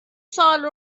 سوال